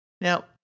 Now